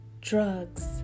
Drugs